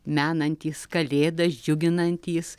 menantys kalėdas džiuginantys